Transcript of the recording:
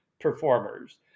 performers